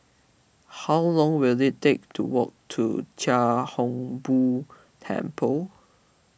how long will it take to walk to Chia Hung Boo Temple